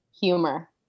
humor